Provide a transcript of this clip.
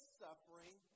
suffering